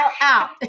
out